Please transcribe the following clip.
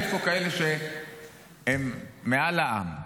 יש פה כאלה שהם מעל העם.